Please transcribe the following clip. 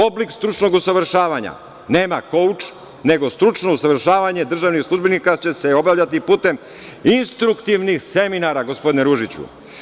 Oblik stručnog usavršavanja – nema kouč, nego stručno usavršavanje državnih službenika će se obavljati putem instruktivnih seminara, gospodine Ružiću.